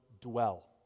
dwell